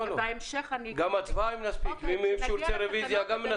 ואם מישהו ירצה רוויזיה, גם נספיק.